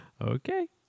Okay